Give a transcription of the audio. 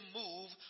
move